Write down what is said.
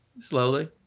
slowly